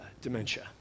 dementia